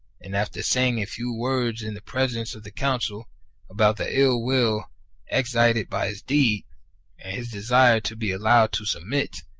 and after saying a few words in the presence of the council about the ill-will excited by his deed, and his desire to be allowed to submit,